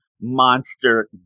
monster